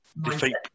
defeat